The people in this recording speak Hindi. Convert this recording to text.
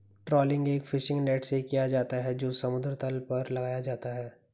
ट्रॉलिंग एक फिशिंग नेट से किया जाता है जो समुद्र तल पर लगाया जाता है